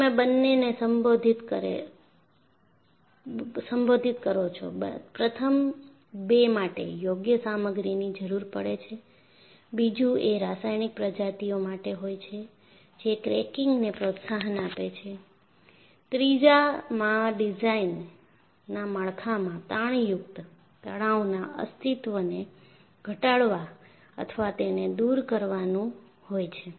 તમે બંનેને સંબોધિત કરે છે પ્રથમ બે માટે યોગ્ય સામગ્રીની જરૂર પડે છે બીજુ એ રાસાયણિક પ્રજાતિઓ માટે હોય છે જે ક્રેકીંગને પ્રોત્સાહન આપે છે ત્રીજામાં ડિઝાઇનના માળખામાં તાણયુક્ત તણાવના અસ્તિત્વને ઘટાડવા અથવા તેને દૂર કરવાનું હોય છે